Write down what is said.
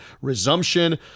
resumption